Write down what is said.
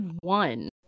one